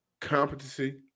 competency